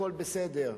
הכול בסדר.